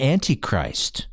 Antichrist